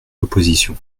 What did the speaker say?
l’opposition